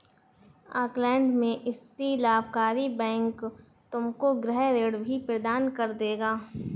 Auckland में स्थित लाभकारी बैंक तुमको गृह ऋण भी प्रदान कर देगा